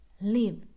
live